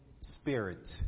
Spirit